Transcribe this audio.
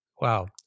Wow